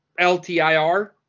LTIR